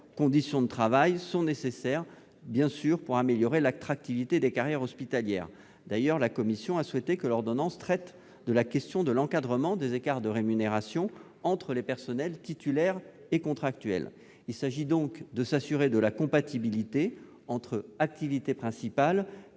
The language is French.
conditions de travail sont nécessaires pour améliorer l'attractivité des carrières hospitalières. D'ailleurs, la commission des affaires sociales a souhaité que l'ordonnance traite de la question de l'encadrement des écarts de rémunération entre les personnels titulaires et contractuels. Par cet amendement, il s'agit de s'assurer de la compatibilité entre activités principale et